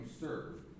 serve